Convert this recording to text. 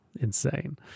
insane